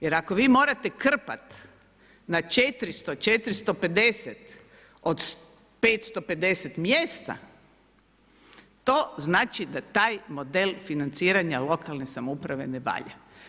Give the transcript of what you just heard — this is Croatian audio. Jer ako vi morate krpati na 400, 450 od 550 mjesta to znači da taj model financiranja lokalne samouprave ne valja.